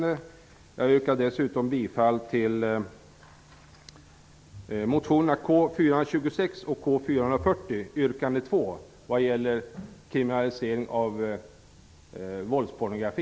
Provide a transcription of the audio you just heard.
Jag yrkar dessutom bifall till motionerna K426 och K440 yrkande 2, vad gäller kriminalisering av våldspornografi.